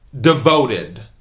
Devoted